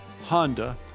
Honda